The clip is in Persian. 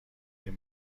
این